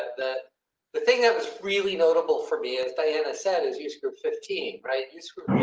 the the thing that was really notable for me, as diana said is use group fifteen. right? you screwed